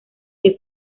que